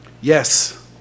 Yes